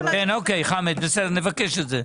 אוקיי, חמד, בסדר, נבקש את זה.